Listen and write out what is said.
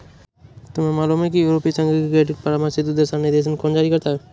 तुम्हें मालूम है कि यूरोपीय संघ में क्रेडिट परामर्श हेतु दिशानिर्देश कौन जारी करता है?